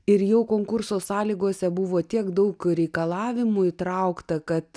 ir jau konkurso sąlygose buvo tiek daug reikalavimų įtraukta kad